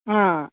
ಹಾಂ